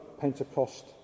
Pentecost